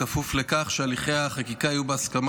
בכפוף לכך שהליכי החקיקה יהיו בהסכמה